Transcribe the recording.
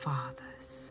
Father's